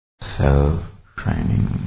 Self-training